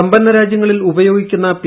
സമ്പന്ന രാജ്യങ്ങളിൽ ഉപയോഗിക്കുന്ന പി